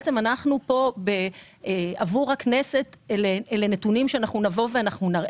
אנחנו פה עבור הכנסת, ואלה נתונים שנראה.